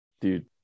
dude